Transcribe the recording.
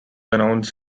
announced